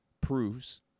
proves